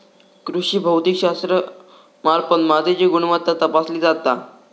कृषी भौतिकशास्त्रामार्फत मातीची गुणवत्ता तपासली जाता